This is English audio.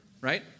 right